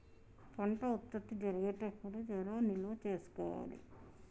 పంట ఉత్పత్తి జరిగేటప్పుడు ఎలా నిల్వ చేసుకోవాలి?